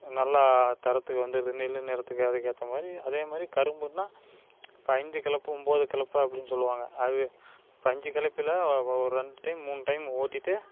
நல்லா தரத்துக்கு வந்துடுது நெல் நடுறத்துக்கு அதுக்கேற்ற மாதிரி அதே மாதிரி கரும்புன்னா இப்போ ஐந்து கலப்பும்போது கலப்பு அப்டின்னு சொல்வாங்க அதுவே அஞ்சு கலப்பில ஒரு ரெண்டு டைம் மூணு டைம் ஓட்டிவிட்டு